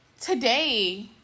today